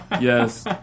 Yes